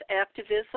Activism